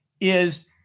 is-